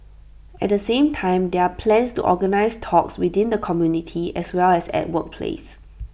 at the same time there are plans to organise talks within the community as well as at workplace